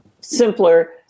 simpler